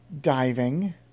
diving